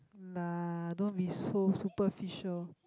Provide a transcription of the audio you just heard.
nah don't be so superficial